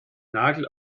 nagel